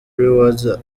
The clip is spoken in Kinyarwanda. rewards